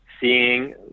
seeing